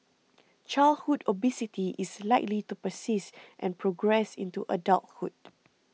childhood obesity is likely to persist and progress into adulthood